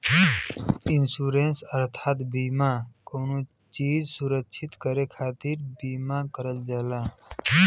insurance अर्थात बीमा कउनो चीज सुरक्षित करे खातिर बीमा करल जाला